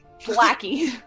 Blackie